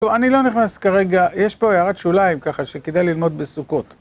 טוב, אני לא נכנס כרגע, יש פה הערת שוליים ככה, שכדאי ללמוד בסוכות